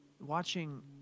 watching